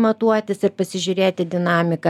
matuotis ir pasižiūrėti dinamiką